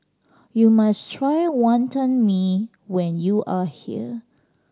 you must try Wantan Mee when you are here